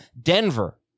Denver